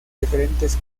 diferentes